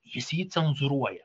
jis jį cenzūruoja